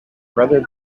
rather